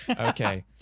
okay